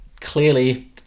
Clearly